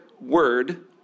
word